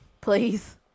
Please